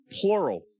plural